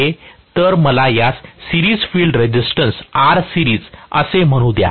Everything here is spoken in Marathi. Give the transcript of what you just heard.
तर मला यास सिरीज फील्ड रेझिस्टन्स असे म्हणू द्या